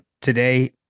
today